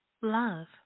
love